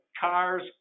cars